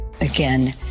Again